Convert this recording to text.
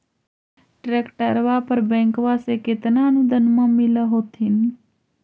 ट्रैक्टरबा पर बैंकबा से कितना अनुदन्मा मिल होत्थिन?